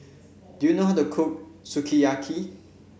do you know how to cook Sukiyaki